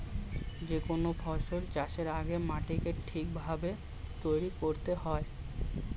যে কোনো ফসল চাষের আগে মাটিকে ঠিক ভাবে তৈরি করতে হয়